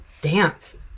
dance